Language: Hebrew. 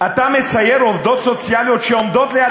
אתה מצייר עובדות סוציאליות שעומדות ליד